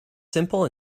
simple